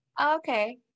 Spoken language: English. Okay